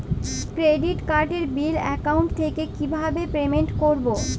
Credit কার্ডের bill account থেকে কিভাবে পেমেন্ট করবো?